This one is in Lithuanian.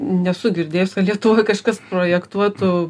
nesu girdėjus kad lietuvoj kažkas projektuotų